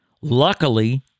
Luckily